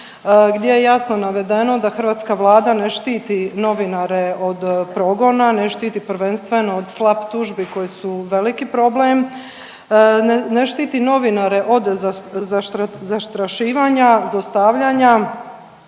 gdje je jasno navedeno da hrvatska Vlada ne štiti novinare od progona, ne štiti prvenstveno od SLAP tužbi koje su veliki problem, ne štiti novinare od zastrašivanja, zlostavljanja